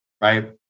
right